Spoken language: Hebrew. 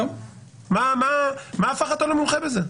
מה הופך אותו למומחה בזה?